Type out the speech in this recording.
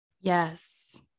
yes